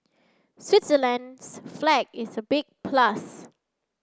Switzerland's flag is a big plus